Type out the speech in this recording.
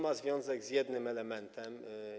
Ma to związek z jednym elementem.